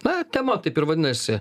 na tema taip ir vadinasi